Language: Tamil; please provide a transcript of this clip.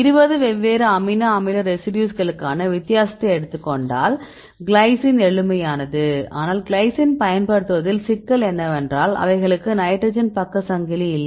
20 வெவ்வேறு அமினோ அமில ரெசிடியூஸ்களுக்கான வித்தியாசத்தைக் எடுத்துக் கொண்டால் கிளைசின் எளிமையானது ஆனால் கிளைசின் பயன்படுத்துவதில் சிக்கல் என்னவென்றால் அவைகளுக்கு ஹைட்ரஜன் பக்க சங்கிலி இல்லை